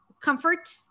comfort